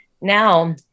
now